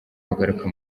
bagaruka